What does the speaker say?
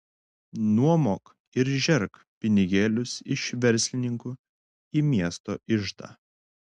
nuomok ir žerk pinigėlius iš verslininkų į miesto iždą